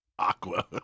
Aqua